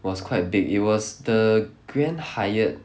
was quite big it was the Grand Hyatt